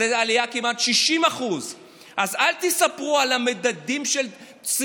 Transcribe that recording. עלייה של כמעט 60%. אז אל תספרו על מדדים של צמיחה.